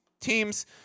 teams